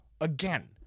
Again